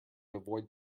avoid